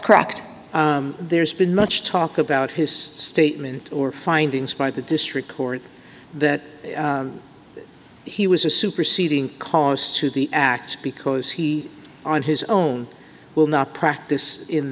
correct there's been much talk about his statement or findings by the district court that he was a superseding close to the act because he on his own will not practice in